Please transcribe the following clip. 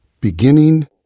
beginning